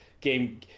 Game